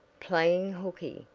playin' hookey,